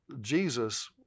Jesus